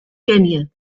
kenya